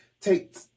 take